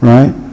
Right